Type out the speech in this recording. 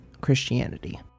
Christianity